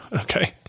Okay